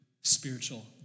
spiritual